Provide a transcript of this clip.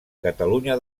catalunya